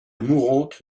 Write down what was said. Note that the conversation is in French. mourante